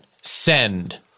send